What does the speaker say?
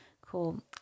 Cool